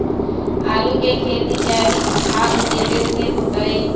आलु के खेती जैविक खाध देवे से होतई?